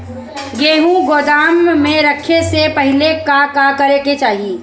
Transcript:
गेहु गोदाम मे रखे से पहिले का का करे के चाही?